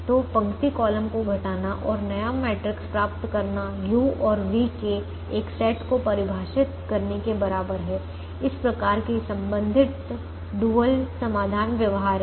तो पंक्ति कॉलम को घटाना और नया मैट्रिक्स प्राप्त करना u और v के एक सेट को परिभाषित करने के बराबर है इस प्रकार कि संबंधित डुअल समाधान व्यवहार्य है